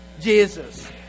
Jesus